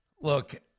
Look